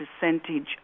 percentage